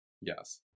Yes